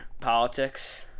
politics